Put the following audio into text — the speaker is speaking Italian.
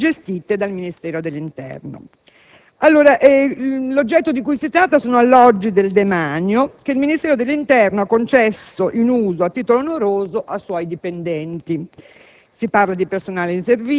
(con ingressi separati) gestiti dal Ministero dell'interno». L'oggetto di cui si tratta sono alloggi del demanio che il Ministero dell'interno ha concesso in uso a titolo oneroso ai suoi dipendenti